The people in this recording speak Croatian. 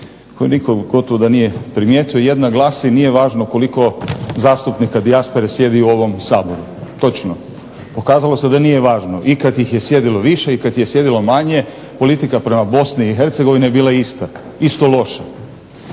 koju nitko gotovo da nije ni primijetio. Jedna glasi, nije važno koliko zastupnika dijaspore sjedi u ovom Saboru, točno. Pokazalo se da nije važno. I kada ih je sjedilo više i kada ih je sjedilo manje politika prema BiH je bila ista, isto loša.